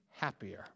happier